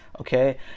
okay